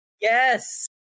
Yes